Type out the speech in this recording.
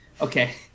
Okay